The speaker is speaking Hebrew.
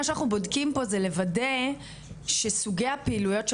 מה שאנחנו בודקים פה זה לוודא שסוגי הפעילויות של